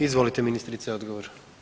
Izvolite ministrice odgovor.